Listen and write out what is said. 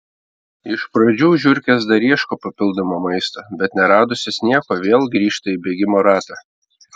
iš pradžių žiurkės dar ieško papildomo maisto bet neradusios nieko vėl grįžta į bėgimo ratą